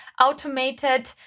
automated